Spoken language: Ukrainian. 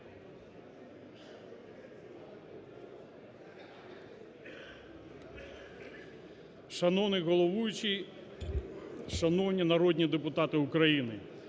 Шановний головуючий, шановні народні депутати України,